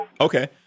Okay